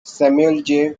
samuel